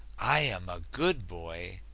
i am a good boy,